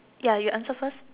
ya you answer first